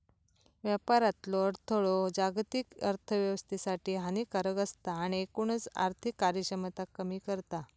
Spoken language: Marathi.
व्यापारातलो अडथळो जागतिक अर्थोव्यवस्थेसाठी हानिकारक असता आणि एकूणच आर्थिक कार्यक्षमता कमी करता